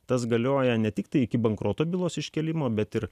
tas galioja ne tiktai iki bankroto bylos iškėlimo bet ir